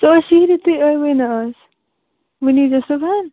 سُہ حظ چھُ شیٖرِتھ تُہۍ آیوٕے نہَ اَز وۅنۍ ییٖزیٚو صُبحَن